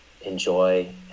enjoy